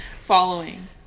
following